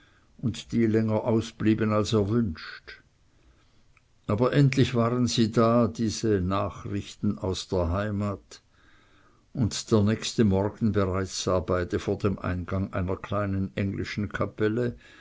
und die länger ausblieben als erwünscht aber endlich waren sie da diese nachrichten aus der heimat und der nächste morgen bereits sah beide vor dem eingang einer kleinen englischen kapelle